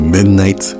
Midnight